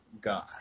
God